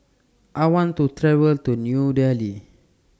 I want to travel to New Delhi